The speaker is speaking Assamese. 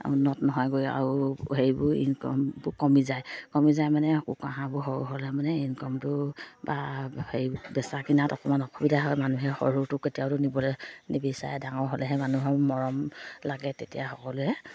উন্নত নহয়গৈ আৰু হেৰিবোৰ ইনকামবোৰ কমি যায় কমি যায় মানে কুকুৰা হাঁহবোৰ সৰু হ'লে মানে ইনকামটো বা হেৰি বেচা কিনাত অকণমান অসুবিধা হয় মানুহে সৰুটো কেতিয়াও নিবলৈ নিবিচাৰে ডাঙৰ হ'লেহে মানুহৰ মৰম লাগে তেতিয়া সকলোৱে